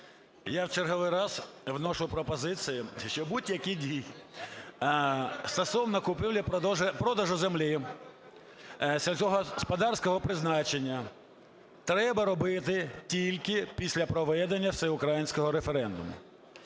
Я в черговий раз вношу пропозицію, що будь-які дії стосовно купівлі-продажу землі сільськогосподарського призначення треба робити тільки після проведення всеукраїнського референдуму.